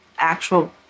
Actual